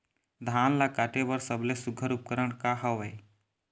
धान ला काटे बर सबले सुघ्घर उपकरण का हवए?